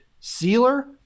sealer